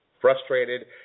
frustrated